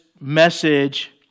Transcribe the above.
message